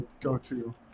go-to